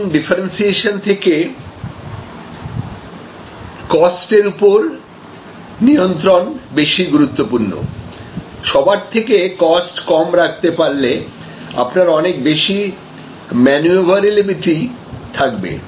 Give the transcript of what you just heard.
তখন ডিফারেন্সিয়েশন থেকে কস্ট এর উপর নিয়ন্ত্রণ বেশি গুরুত্বপূর্ণসবার থেকে কস্ট কম রাখতে পারলে আপনার অনেক বেশি ম্যানিউভারএবিলিটি থাকবে